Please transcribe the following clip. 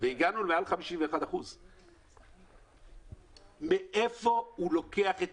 והגענו למעל 51%. מאיפה הוא לוקח את